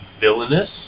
Villainous